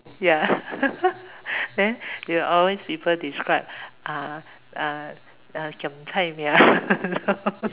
ya then ya always people describe uh uh giam cai mia